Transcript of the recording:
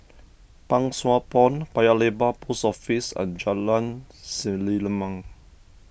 Pang Sua Pond Paya Lebar Post Office and Jalan Selimang